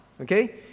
okay